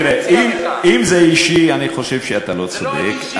תראה, אם זה אישי, אני חושב שאתה לא צודק.